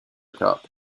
cup